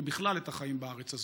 ובכלל את החיים בארץ הזאת.